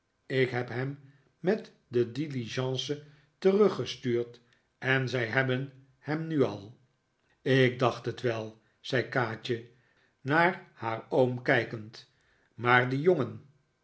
ik heb hem met de diligence teruggestuurd en zij hebben hem nu al ik dacht het wel zei kaatje naar haar oom kijkend maar die jongen